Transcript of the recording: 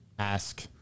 ask